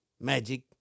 magic